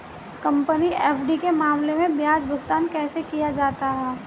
Company FD के मामले में ब्याज भुगतान कैसे किया जाता है?